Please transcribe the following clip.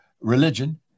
religion